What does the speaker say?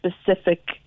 specific